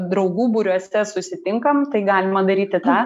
draugų būriuose susitinkam tai galima daryti tą